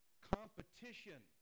competition